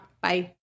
Bye